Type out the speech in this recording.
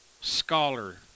scholar